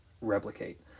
replicate